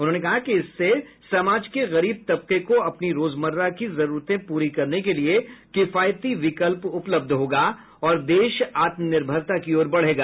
उन्होंने कहा कि इससे समाज के गरीब तबकों को अपनी रोजमर्रा की जरूरतें पूरी करने के लिए किफायती विकल्प उपलब्ध होगा और देश आत्म निर्भरता की ओर बढ़ेगा